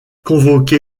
convoqué